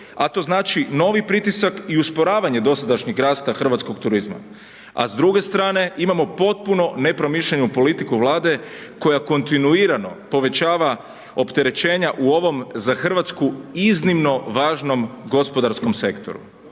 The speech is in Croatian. a to znači novi pritisak i usporavanje dosadašnjeg rasta hrvatskog turizma. A s druge strane, imamo potpuno nepromišljenu politiku Vlade koja kontinuirano povećava opterećenja u ovom za Hrvatsku iznimno važnom gospodarskom sektoru,